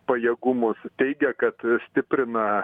pajėgumus teigia kad stiprina